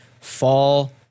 fall